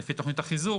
לפי תוכנית החיזוק,